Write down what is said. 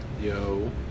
Yo